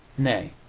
nay,